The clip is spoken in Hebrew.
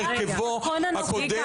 בהרכבו הקודם.